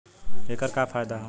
ऐकर का फायदा हव?